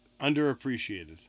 underappreciated